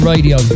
Radio